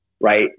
right